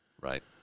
Right